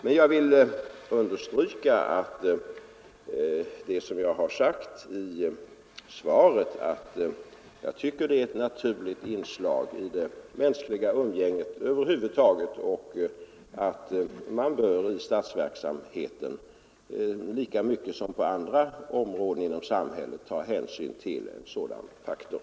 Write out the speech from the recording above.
Men jag vill understryka att jag, som jag har sagt i svaret, tycker att det är ett naturligt inslag i det mänskliga umgänget över huvud taget, i statsverksamheten lika mycket som på andra områden inom samhället, att man bör ta hänsyn till en sådan faktor.